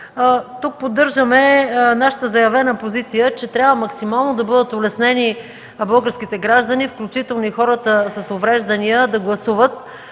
Тук поддържаме нашата заявена позиция, че трябва максимално да бъдат улеснени българските граждани, включително и хората с увреждания, да гласуват